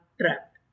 trapped